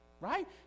right